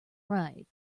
right